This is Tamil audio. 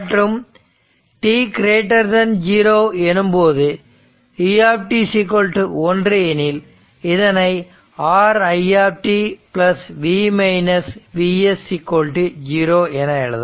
மற்றும் t0 எனும்போது u 1 எனில் இதனை Ri V Vs 0 என எழுதலாம்